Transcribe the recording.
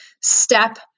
step